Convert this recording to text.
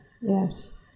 Yes